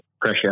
pressure